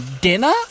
dinner